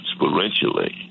exponentially